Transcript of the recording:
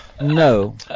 no